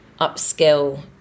upskill